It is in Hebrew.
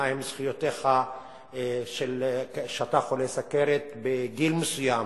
מהן זכויותיך כשאתה חולה סוכרת בגיל מסוים?